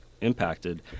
impacted